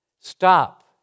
Stop